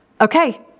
Okay